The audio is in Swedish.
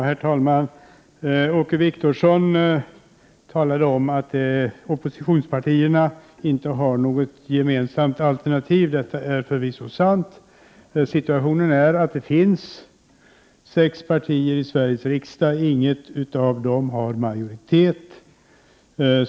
Herr talman! Åke Wictorsson sade att oppositionspartierna inte har något gemensamt alternativ. Det är förvisso sant. Men det finns sex partier i Sveriges riksdag, och inte något av dem har egen majoritet.